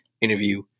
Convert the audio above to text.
interview